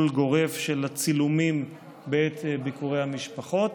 גורף של הצילומים בעת ביקורי המשפחות.